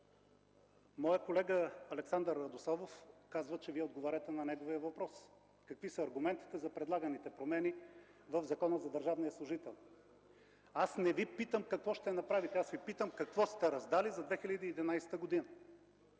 Моят колега Александър Радославов казва, че Вие отговаряте на неговия въпрос: какви са аргументите за предлаганите промени в Закона за държавния служител? Аз не Ви питам какво ще направите, а питам: какво сте раздали за 2011 г.?